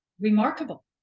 Remarkable